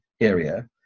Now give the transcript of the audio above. area